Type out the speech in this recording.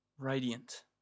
radiant